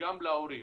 וגם להורים.